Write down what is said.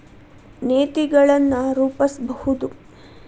ನೇತಿಗಳನ್ ರೂಪಸ್ಬಹುದು